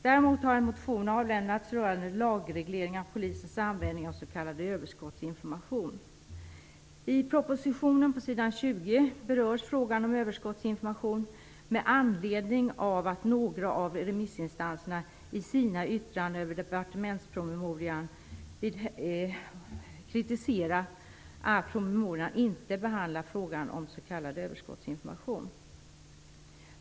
Däremot har en motion avlämnats rörande lagreglering av polisens användning av s.k. överskottsinformation. I propositionen på s. 20 berörs frågan om överskottsinformation med anledning av att några av remissinstanserna i sina yttranden över departementspromemorian kritiserat att promemorian inte behandlar frågan om s.k. överskottsinformation.